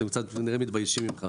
אולי הם קצת מתביישים ממך.